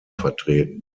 vertreten